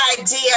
idea